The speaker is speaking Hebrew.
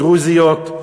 דרוזיות,